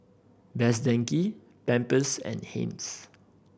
Best Denki Pampers and Heinz